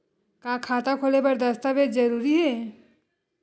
का खाता खोले बर दस्तावेज जरूरी हे?